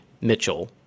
Mitchell